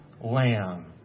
lamb